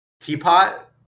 Teapot